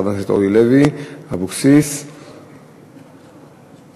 של חברת הכנסת אורלי לוי אבקסיס וחברת הכנסת שולי מועלם-רפאלי.